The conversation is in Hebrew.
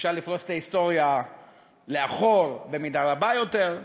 אפשר לפרוס את ההיסטוריה לאחור במידה רבה יותר,